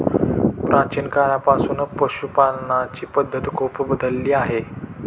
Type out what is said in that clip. प्राचीन काळापासून पशुपालनाची पद्धत खूप बदलली आहे